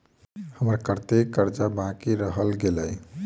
हम्मर कत्तेक कर्जा बाकी रहल गेलइ?